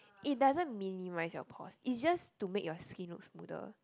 it doesn't minimise your pores it's just to make your skin look smoother